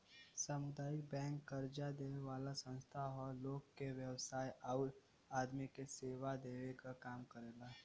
सामुदायिक बैंक कर्जा देवे वाला संस्था हौ लोग के व्यवसाय आउर आदमी के सेवा देवे क काम करेला